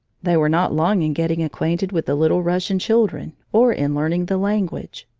they were not long in getting acquainted with the little russian children or in learning the language.